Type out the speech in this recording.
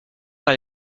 par